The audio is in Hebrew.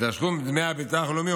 בתשלום דמי הביטוח הלאומי,